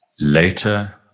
Later